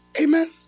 Amen